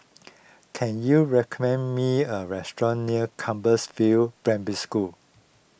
can you recommend me a restaurant near Compassvale Primary School